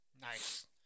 Nice